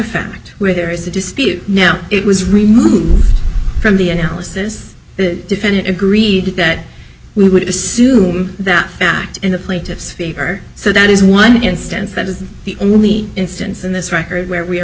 fact where there is a dispute now it was removed from the analysis the defendant agreed that we would assume that fact in the plaintiff's so that is one instance that is the only instance in this record where we are